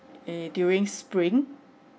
eh during spring